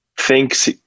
thinks